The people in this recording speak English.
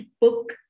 Book